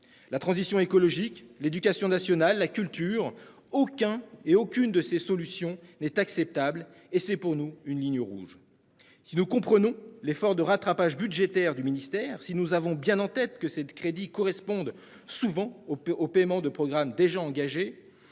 la transition écologique, l'éducation nationale, la culture aucun et aucune de ces solutions n'est acceptable. Et c'est pour nous une ligne rouge. Si nous comprenons l'effort de rattrapage budgétaire du ministère si nous avons bien en tête que cette crédit correspondent souvent au au paiement de programmes déjà engagés.